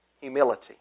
humility